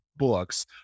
Books